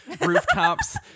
rooftops